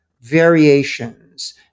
variations